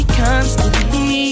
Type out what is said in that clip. constantly